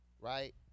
right